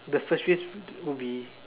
the first wish would be